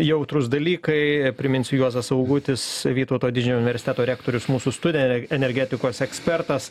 jautrūs dalykai priminsiu juozas augutis vytauto didžiojo universiteto rektorius mūsų studijoje energetikos ekspertas